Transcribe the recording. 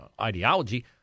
ideology